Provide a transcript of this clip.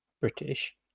british